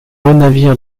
navires